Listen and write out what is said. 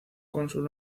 cónsul